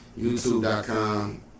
YouTube.com